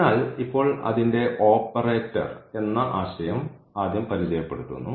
അതിനാൽ ഇപ്പോൾ അതിന്റെ ഓപ്പറേറ്റർ എന്ന ആശയം ആദ്യം പരിചയപ്പെടുത്തുന്നു